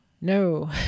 no